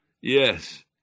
Yes